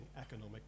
economic